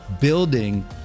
building